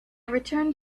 returned